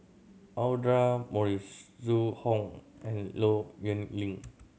Audra Morrice Zhu Hong and Low Yen Ling